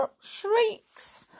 shrieks